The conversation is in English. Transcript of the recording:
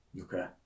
Okay